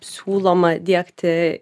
siūloma diegti